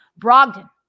Brogdon